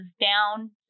down